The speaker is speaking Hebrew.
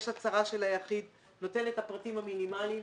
יש הצהרה של היחיד והוא נותן פרטים מינימליים.